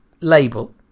label